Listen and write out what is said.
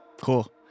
Cool